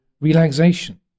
relaxation